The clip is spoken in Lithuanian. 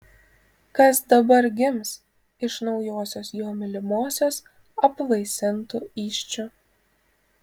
kas dabar gims iš naujosios jo mylimosios apvaisintų įsčių